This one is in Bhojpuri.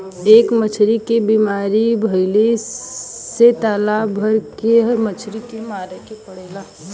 एक मछली के बीमारी भइले से तालाब भर के मछली के मारे के पड़ेला